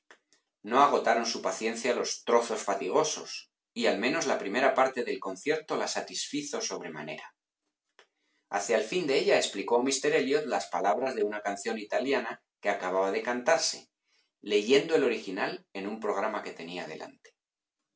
no agotaron su paciencia los trozos fatigosos y al menos la primera parte del concierto la satisfizo sobremanera hacia el fin de ella explicó a místér elliot las palabras de una canción italiana que acababa de cantarse leyendo el original en un programa que tenía delante